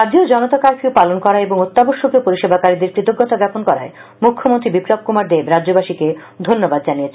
রাজ্যেও জনতা কারফিউ পালন করায় এবং অত্যাবশ্যকীয় পরিষেবাকারীদের কৃতজ্ঞতা জ্ঞাপন করায় মুখ্যমন্ত্রী বিপ্লব কৃমার দেব রাজ্যবাসীকে ধন্যবাদ জানিয়েছেন